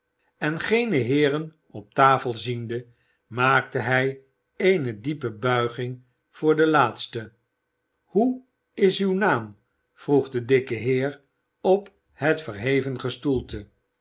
en geene heeren op tafel ziende maakte hij eene diepe buiging voor de laatste hoe is uw naam vroeg de dikke heer op het verheven